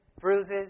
bruises